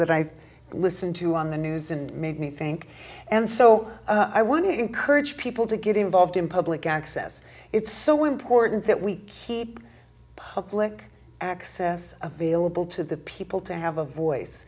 that i listen to on the news and make me think and so i wouldn't encourage people to get involved in public access it's so important that we keep public access available to the people to have a voice